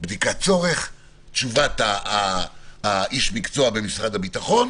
בדיקת צורך, תשובת איש המקצוע במשרד הביטחון,